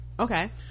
okay